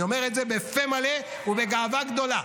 אני אומר את זה בפה מלא ובגאווה גדולה.